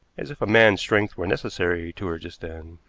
as if a man's strength were necessary to her just then.